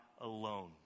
alone